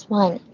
one